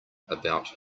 about